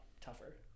tougher